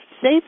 safe